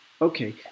okay